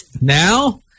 Now